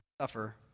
suffer